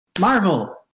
Marvel